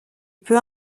peu